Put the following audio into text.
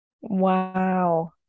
Wow